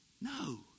no